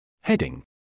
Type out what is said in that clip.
Heading